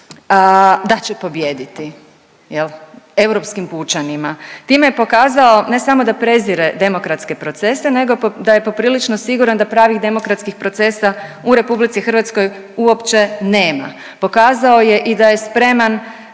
da će pobijediti, jel Europskim pučanima. Time je pokazao ne samo da prezire demokratske procese nego da je poprilično siguran da pravih demokratskih procesa u RH uopće nema. Pokazao je i da je spreman